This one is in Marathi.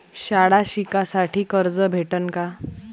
शाळा शिकासाठी कर्ज भेटन का?